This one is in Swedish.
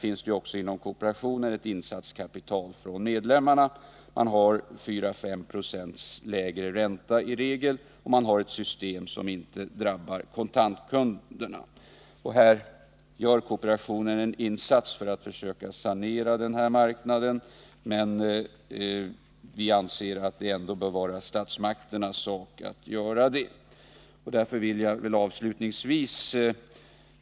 Inom kooperationen har medlemmarna också ett insatskapital, och som regel är räntan 4 å 5 Yo lägre än för andra kontokort. Vidare har man ett system som inte drabbar kontantkunderna. Kooperationen gör här en insats för att sanera marknaden. Vi anser emellertid att det borde vara statsmakternas sak att göra det.